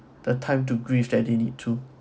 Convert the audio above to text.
the time to grieve that they need to